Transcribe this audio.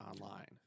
online